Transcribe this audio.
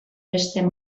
beste